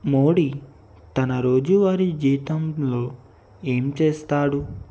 మోడి తన రోజువారి జీవితంలో ఏం చేస్తాడు